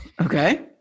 Okay